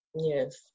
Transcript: Yes